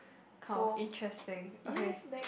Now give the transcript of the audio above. kind of interesting okay